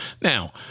Now